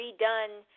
redone